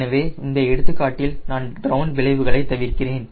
எனவே இந்த எடுத்துக்காட்டில் நான் கிரவுண்ட் விளைவுகளை தவிர்க்கிறேன்